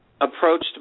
approached